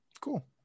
Cool